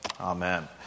Amen